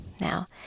Now